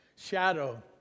Shadow